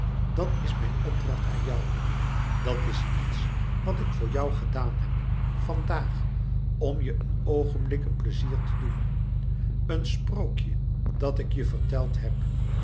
dat is mijn opdracht aan jou dat is iets wat ik voor jou gedaan heb vandaag om je een oogenblik een pleizier te doen een sprookje dat ik je verteld heb